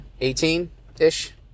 18-ish